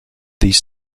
these